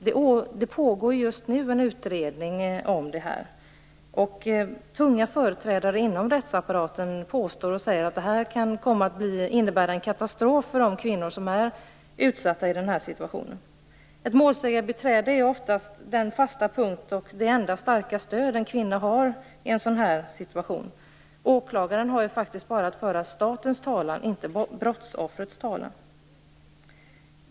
Det pågår en utredning om detta. Tunga företrädare inom rättsapparaten påstår att detta kan komma att innebära en katastrof för de kvinnor som är utsatta. Ett målsägandebiträde är oftast den fasta punkt och det enda starka stöd en kvinna har i en sådan här situation. Åklagaren har faktiskt bara att föra statens talan, inte brottsoffrets.